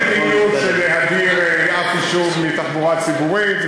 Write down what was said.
אין מדיניות להדיר אף יישוב מתחבורה ציבורית,